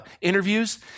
interviews